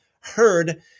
heard